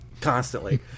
constantly